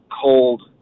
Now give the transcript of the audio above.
cold